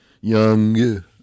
young